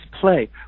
play